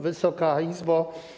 Wysoka Izbo!